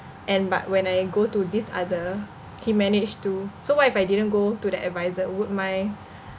and but when I go to this other he managed to so what if I didn't go to that advisor would my